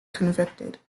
convicted